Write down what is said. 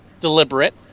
deliberate